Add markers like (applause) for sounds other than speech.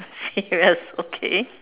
(laughs) that's okay